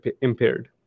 impaired